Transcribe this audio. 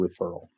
referral